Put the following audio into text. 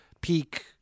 peak